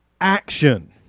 action